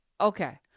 Okay